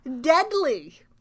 deadly